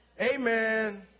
Amen